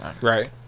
Right